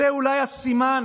זה אולי הסימן